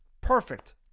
Perfect